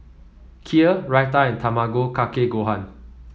Kheer Raita and Tamago Kake Gohan